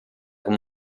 come